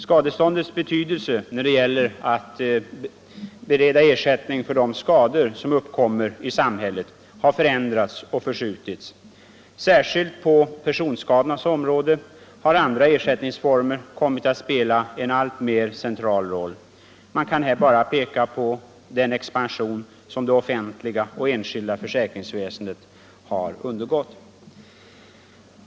Skadeståndets betydelse när det gäller att bereda ersättning för de skador som uppkommer i samhället har förändrats och förskjutits. Särskilt på personskadornas område har andra ersättningsformer kommit att spela en alltmer central roll. Man kan bara peka på den expansion som det offentliga och enskilda försäkringsväsendet har undergått.